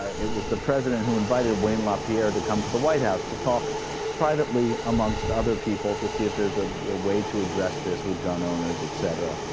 ah it was the president who invited wayne lapierre to come to the white house to talk privately amongst other people to see if there's a ah way to address this with gun owners in satara